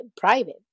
private